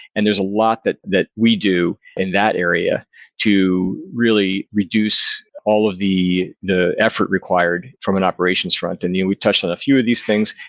and there's a lot that that we do in that area to really reduce all of the the effort required from an operations front, and and we've touched on a few of these things.